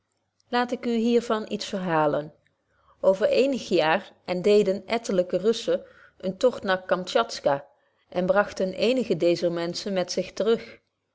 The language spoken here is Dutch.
laat ik u hier van iets verhalen over eenige jaaren deden etlyke russen een tocht naar kamschatka en bragten eenige deezer menschen met zich te